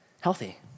healthy